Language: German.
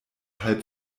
halb